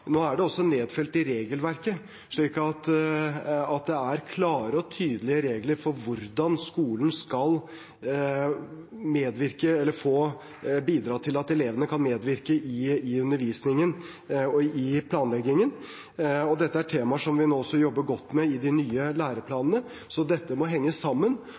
det er klare og tydelige regler for hvordan skolen skal bidra til at elevene kan medvirke i undervisningen og i planleggingen. Dette er temaer som vi også jobber godt med i de nye læreplanene. Dette må henge sammen